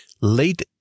late